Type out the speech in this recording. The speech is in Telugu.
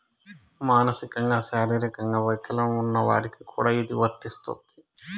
మానసికంగా శారీరకంగా వైకల్యం ఉన్న వారికి కూడా ఇది వర్తిస్తుంది